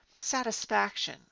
satisfaction